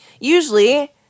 usually